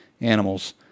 animals